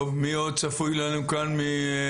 טוב, מי עוד צפוי לנו כאן מיו"ש?